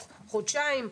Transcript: תוך חודשיים.